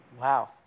Wow